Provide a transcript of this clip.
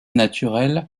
naturel